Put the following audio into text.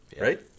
Right